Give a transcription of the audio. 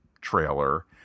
trailer